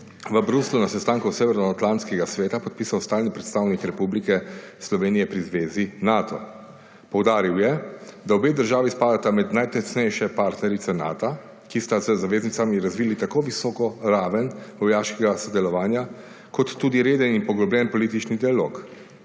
v Bruslju na sestanku Severnoatlantskega sveta podpisal stalni predstavnik Republike Slovenije pri zvezi Nato. Poudaril je, da obe državi spadata med najtesnejše partnerice Nata, ki sta z zaveznicami razvili tako visoko raven vojaškega sodelovanja kot tudi reden in poglobljen politični dialog.